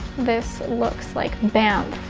this looks like banff,